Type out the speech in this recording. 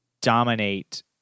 dominate